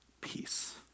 peace